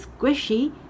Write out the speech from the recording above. squishy